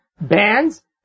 bands